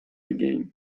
again